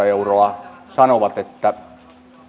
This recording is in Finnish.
euroa sanovat että